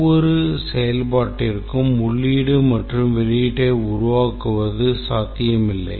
ஒவ்வொரு செயல்பாட்டிற்கும் உள்ளீடு மற்றும் வெளியீட்டை உருவாக்குவது சாத்தியமில்லை